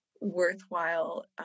worthwhile